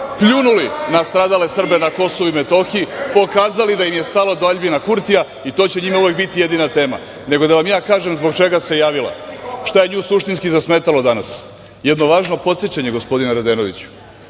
pljunuli na stradale Srbe na Kosovu i Metohiji, pokazali da im je stalo do Aljbina Kurtija i to će njima uvek biti jedina tema. Nego da vam ja kažem zbog čega se javila, šta je njoj suštinski zasmetalo danas. Jedno važno podsećanje, gospodine Radenoviću.